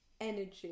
energy